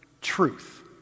truth